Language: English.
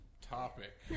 topic